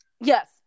Yes